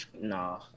Nah